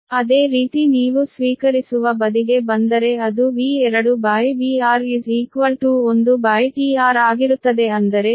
ಅದೇ ರೀತಿ ನೀವು ಸ್ವೀಕರಿಸುವ ಬದಿಗೆ ಬಂದರೆ ಅದು V2VR1tR ಆಗಿರುತ್ತದೆ ಅಂದರೆ VR tRV2